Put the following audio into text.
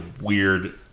weird